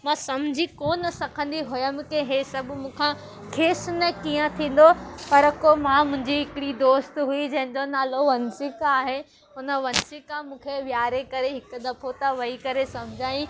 मां समुझी कोन सघंदी हुअमि की इहे सभु मूं खां खेसि न कीअं थींदो पर कोई मां मुंहिंजी हिकिड़ी दोस्त हुई जंहिंजो नालो वंशिका आहे उन वंशिका मूंखे विहारे करे हिकु दफ़ो त वेई करे समुझायई